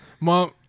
Mom